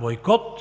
бойкот